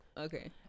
Okay